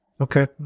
Okay